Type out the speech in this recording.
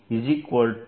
v vv